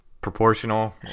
proportional